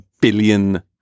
billion